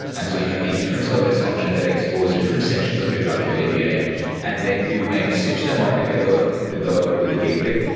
and so you have these different serverless functions that expose different sections of your graphql api, and then you kind of stitch them all together with ah with a gateway.